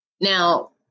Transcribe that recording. Now